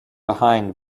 behind